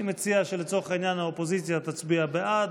49 חברי כנסת הצביעו בעד,